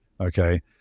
okay